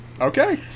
Okay